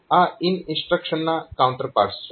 આ IN ઇન્સ્ટ્રક્શનના counterparts છે